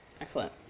Excellent